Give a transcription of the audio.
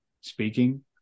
speaking